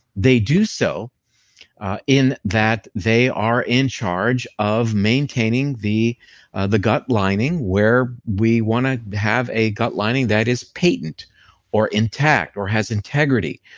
they do so in that they are in charge of maintaining the ah the gut lining where we want to have a gut lining that is paitent or intact or has integrity.